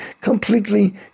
completely